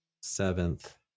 seventh